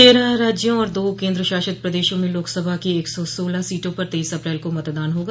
तेरह राज्यों और दो केन्द्र शासित प्रदेशों में लोकसभा की एक सौ सोलह सीटों पर तेईस अप्रैल को मतदान होगा